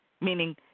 meaning